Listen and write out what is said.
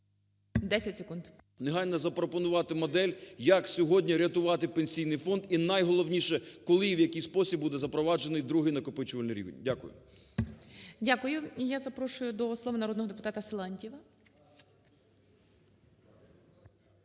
Р.С. …негайно запропонувати модель, як сьогодні рятувати Пенсійний фонд і, найголовніше, коли і в який спосіб буде запроваджений другий, накопичувальний рівень. Дякую. ГОЛОВУЮЧИЙ. Дякую. І я запрошую до слова народного депутата Силантьєва.